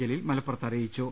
ജലീൽ മലപ്പുറത്ത് അറിയിച്ചു